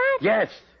Yes